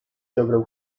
dobrą